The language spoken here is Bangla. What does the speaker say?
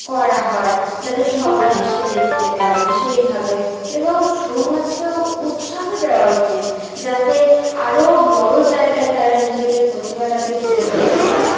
করা হয় যাতে সবাই এসে দেখতে পারে সেইভাবে এবং ছৌ নাচকেও উৎসাহ দেওয়া উচিৎ যাতে আরও বড় জায়গায় তারা নিজেদের প্রতিভাটাকে তুলে ধরতে পারে